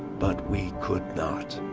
but we could not.